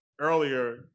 earlier